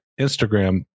instagram